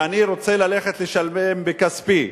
ואני רוצה ללכת לשלם בכספי,